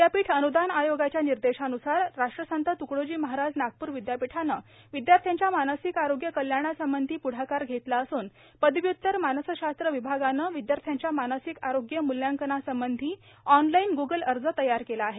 विदयापीठ अनुदान आयोगाच्या निर्देशान्सार राष्ट्रसंत त्कडोजी महाराज नागप्र विदयापीठाने विदयार्थ्यांच्या मानसिक आरोग्य कल्याणासंबंधी पृढाकार घेतला असून पदव्युतर मानसशास्त्र विभागाने विदयार्थ्याच्या मानसिक आरोग्य मूल्यांकनासंबंधी ऑनलाईन ग्गल अर्ज तयार केला आहे